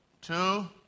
two